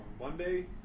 Monday